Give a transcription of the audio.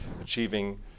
achieving